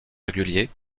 réguliers